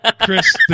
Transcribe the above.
chris